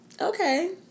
okay